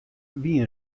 wie